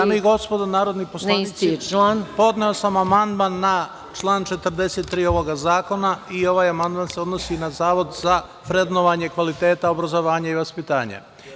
Dame i gospodo narodni poslanici, podneo sam amandman na član 43. ovog zakona i ovaj amandman se odnosi na Zavod za vrednovanje kvaliteta obrazovanja i vaspitanja.